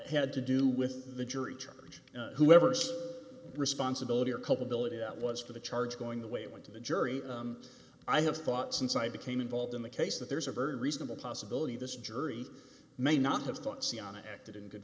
had to do with the jury charge whoever's responsibility or culpability that was for the charge going the way it went to the jury i have thought since i became involved in the case that there's a very reasonable possibility this jury may not have thought siana acted in good